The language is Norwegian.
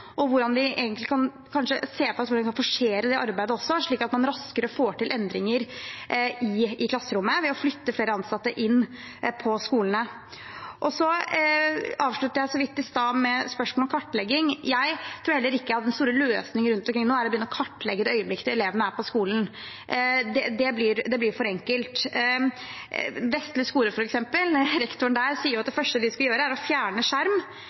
og om vi kanskje også kan se på hvordan vi kan forsere det arbeidet, slik at man raskere får til endringer i klasserommet ved å flytte flere ansatte inn på skolene. Jeg avsluttet så vidt i stad med spørsmål om kartlegging. Jeg føler ikke at den store løsningen rundt omkring nå er å begynne å kartlegge i det øyeblikket elevene er på skolen. Det blir for enkelt. Rektor på Vestli skole sier at det første de skal gjøre, er å fjerne skjerm,